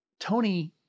Tony